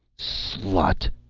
slut!